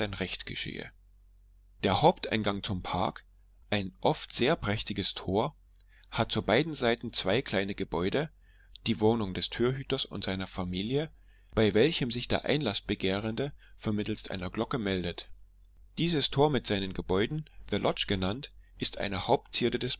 recht geschehe der haupteingang zum park ein oft sehr prächtiges tor hat zu beiden seiten zwei kleine gebäude die wohnung des türhüters und seiner familie bei welchem sich jeder einlaßbegehrende vermittelst einer glocke meldet dieses tor mit seinen gebäuden the lodge genannt ist eine hauptzierde des